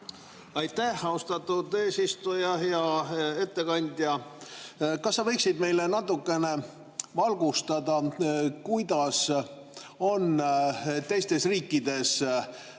Aitäh, austatud eesistuja! Hea ettekandja! Kas sa võiksid meid natukene valgustada, kuidas on teistes riikides ja